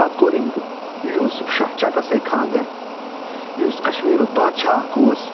پَتہٕ کوٚر أمۍ یوٗسُف شاہ چَکَس سۭتۍ خاندَر یُس کَشمیٖرُک بادشاہ اکھ اوس